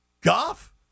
Goff